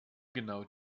genau